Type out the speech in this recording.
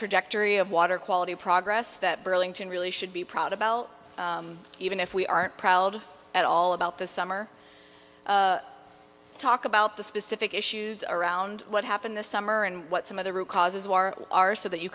trajectory of water quality progress that burlington really should be proud about even if we aren't proud at all about the summer talk about the specific issues around what happened this summer and what some of the root causes of our are so that you